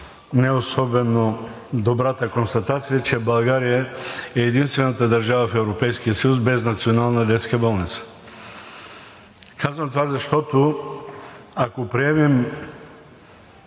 не особено добрата констатация, че България е единствената държава в Европейския съюз без Национална детска болница. Казвам това, защото, ако приемем